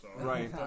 Right